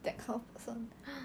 !huh!